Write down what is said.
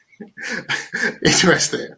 interesting